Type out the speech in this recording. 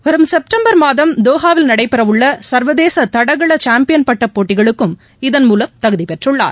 வரும் செப்டம்பர் மாதம் தோஹாவில் நடைபெறவுள்ளசர்வதேசதுடகளசாம்பியன் பட்டபோட்டிகளுக்கும் இதன் மூலம் தகுதிபெற்றுள்ளார்